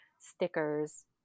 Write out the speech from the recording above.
stickers